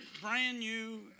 brand-new